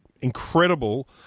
incredible